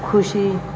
ਖੁਸ਼ੀ